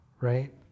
right